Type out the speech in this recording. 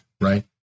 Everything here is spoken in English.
right